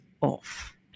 off